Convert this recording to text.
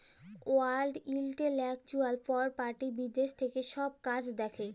world intellectual property বিদ্যাশ থ্যাকে ছব কাজ দ্যাখে